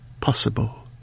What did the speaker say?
possible